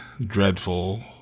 dreadful